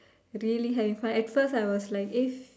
really having fun at first I was like if